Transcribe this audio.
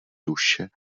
duše